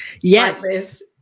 Yes